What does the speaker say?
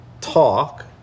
talk